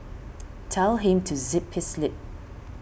tell him to zip his lip